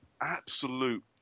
absolute